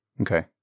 Okay